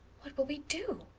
what will we do?